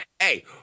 Hey